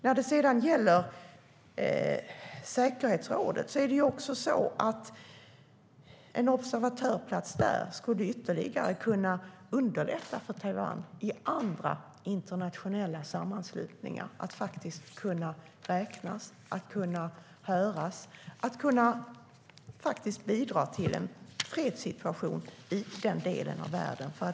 När det sedan gäller säkerhetsrådet skulle en observatörsplats där kunna ytterligare underlätta för Taiwan att räknas och höras i andra internationella sammanslutningar samt bidra till en fredssituation i den delen av världen.